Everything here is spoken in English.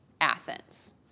Athens